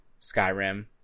Skyrim